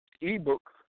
ebook